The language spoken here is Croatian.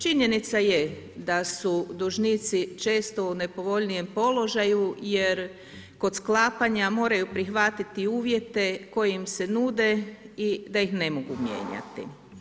Činjenica je da su dužnici često u nepovoljnijem položaju jer kod sklapanja moraju prihvatiti uvjete koji im se nude i da ih ne mogu mijenjati.